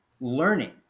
learning